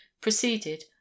proceeded